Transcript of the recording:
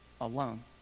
alone